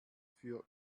für